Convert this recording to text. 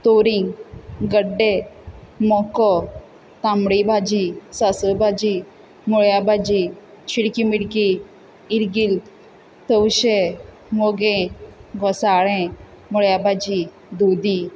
तोरींग गड्डे मोको तांबडी भाजी सांसव भाजी मुळ्या भाजी चिडकी मिडकी इरगिर्द तवशें मोगें घोंसाळें मुळ्या भाजी दुदी